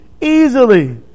easily